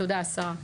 תודה השרה.